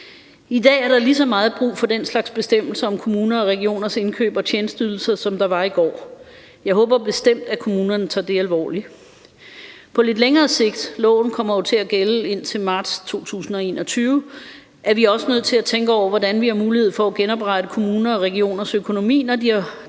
I dag er der lige så meget brug for den slags bestemmelser om kommuners og regioners indkøb af tjenesteydelser, som der var i går. Jeg håber bestemt, at kommunerne tager det alvorligt. På lidt længere sigt – og loven kommer jo til at gælde indtil marts 2021 – er vi også nødt til at tænke over, hvordan vi har mulighed for at genoprette kommunernes og regionernes økonomi, når de